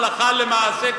הלכה למעשה,